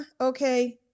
okay